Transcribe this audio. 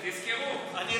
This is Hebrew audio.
אבל תזכרו את זה, תזכרו.